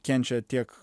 kenčia tiek